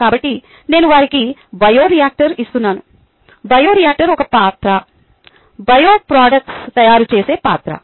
కాబట్టి నేను వారికి బయోరియాక్టర్ ఇస్తున్నాను బయోరియాక్టర్ ఒక పాత్ర బయో ప్రొడక్ట్స్ తయారుచేసే పాత్ర